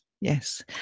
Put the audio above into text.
yes